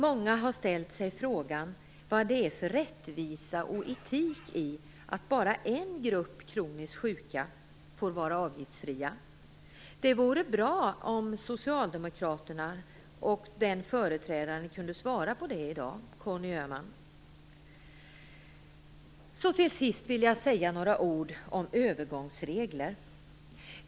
Många har ställt sig frågan vad det är för rättvisa och etik i att bara en grupp kroniskt sjuka får avgiftsfrihet. Det vore bra om Socialdemokraternas företrädare, Conny Öhman, kunde svara på det i dag. Till sist vill jag säga några ord om övergångsregler.